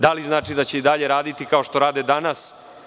Da li znači da će i dalje raditi kao što rade danas?